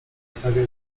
serio